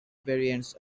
variants